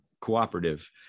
cooperative